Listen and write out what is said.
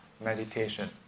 meditation